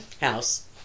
House